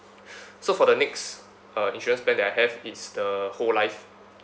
so for the next uh insurance plan that I have it's the whole life